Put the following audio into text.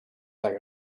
like